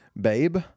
babe